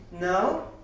No